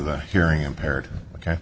the hearing impaired ok